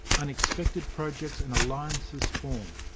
unexpected projects and alliances form.